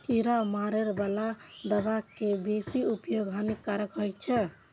कीड़ा मारै बला दवा के बेसी उपयोग हानिकारक होइ छै